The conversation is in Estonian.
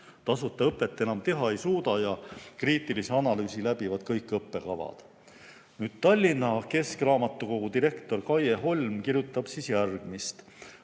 tasuta õpet enam teha ei suuda ja kriitilise analüüsi läbivad kõik õppekavad." Tallinna Keskraamatukogu direktor Kaie Holm kirjutab järgmist: